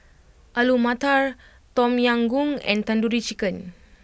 Alu Matar Tom Yam Goong and Tandoori Chicken